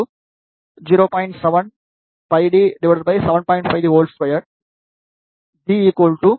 52 d 285